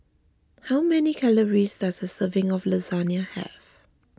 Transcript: how many calories does a serving of Lasagna have